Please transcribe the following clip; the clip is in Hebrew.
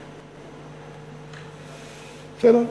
בסדר?